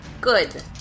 Good